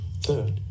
Third